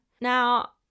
now